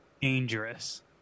dangerous